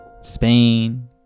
Spain